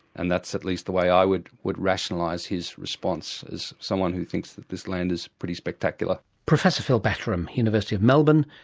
and that's at least the way i would would rationalise his response, as someone who thinks that this land is pretty spectacular. professor philip batterham, university of melbourne,